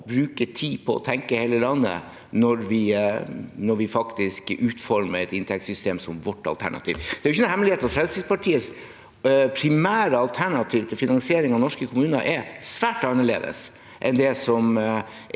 bruke tid på å tenke på hele landet når vi utformer vårt alternative inntektssystem. Det er ikke noen hemmelighet at Fremskrittspartiets primære alternativ til finansiering av norske kommuner er svært annerledes enn det som